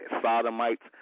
sodomites